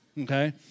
Okay